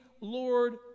Lord